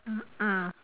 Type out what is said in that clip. mm mm